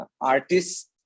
artists